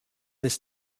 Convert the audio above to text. this